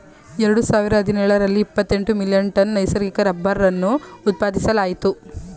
ಎರಡು ಸಾವಿರದ ಹದಿನೇಳರಲ್ಲಿ ಇಪ್ಪತೆಂಟು ಮಿಲಿಯನ್ ಟನ್ ನೈಸರ್ಗಿಕ ರಬ್ಬರನ್ನು ಉತ್ಪಾದಿಸಲಾಯಿತು